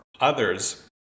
others